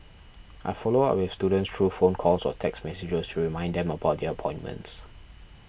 I follow up with students through phone calls or text messages to remind them about their appointments